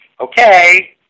okay